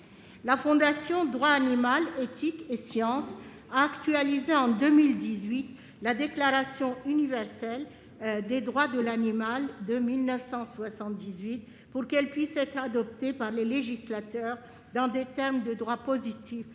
La Fondation droit animal, éthique et sciences (LFDA) a actualisé en 2018 la Déclaration universelle des droits de l'animal de 1978 pour qu'elle puisse être adoptée par les législateurs dans des termes de droit positif